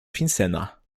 finsena